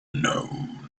known